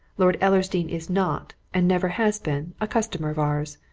lord ellersdeane is not, and never has been, a customer of ours.